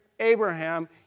Abraham